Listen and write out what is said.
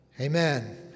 amen